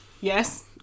Yes